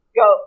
go